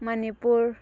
Manipur